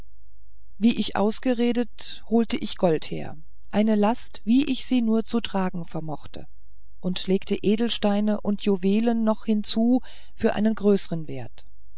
wie ich ausgeredet holt ich gold her eine last wie ich sie nur zu tragen vermochte und legte edelsteine und juwelen noch hinzu für einen größern wert